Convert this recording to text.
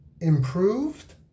improved